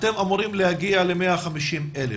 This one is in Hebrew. אתם אמורים להגיע ל-150,000?